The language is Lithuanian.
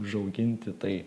užauginti tai